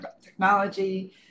technology